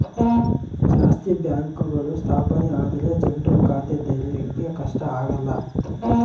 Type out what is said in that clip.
ಜಾಸ್ತಿ ಬ್ಯಾಂಕ್ಗಳು ಸ್ಥಾಪನೆ ಆದ್ರೆ ಜನ್ರು ಖಾತೆ ತೆರಿಯಕ್ಕೆ ಕಷ್ಟ ಆಗಲ್ಲ